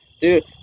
dude